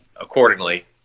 accordingly